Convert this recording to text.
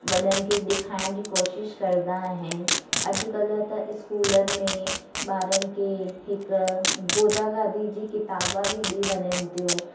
वॾनि खे ॾेखारण जी कोशिश करंदा आहिनि अॼुकल्ह त इस्कूलनि में ॿारनि खे हिकु गोदा गादी जी किताब बि ॾिनी वञनि थियूं